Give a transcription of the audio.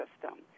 system